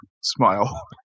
smile